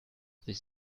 sich